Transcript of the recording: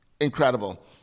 incredible